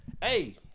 hey